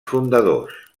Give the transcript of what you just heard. fundadors